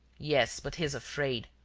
yes, but he's afraid.